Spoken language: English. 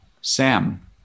Sam